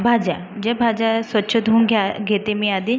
भाज्या जे भाज्या स्वच्छ धुवून घ्या घेते मी आधी